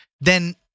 then-